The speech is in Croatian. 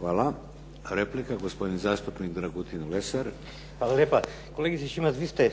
Hvala. Replika, gospodin zastupnik Dragutin Lesar. **Lesar, Dragutin (Nezavisni)** Hvala lijepa. Kolegice Šimac, vi ste